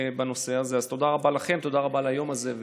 תודה רבה לכם, תודה רבה על היום הזה,